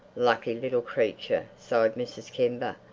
lucky little creature, sighed mrs. kember,